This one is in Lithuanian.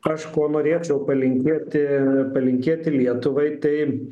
aš ko norėčiau palinkėti palinkėti lietuvai tai